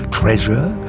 treasure